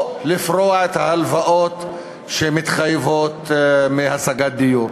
או לפרוע את ההלוואות שמתחייבות מהשגת דיור,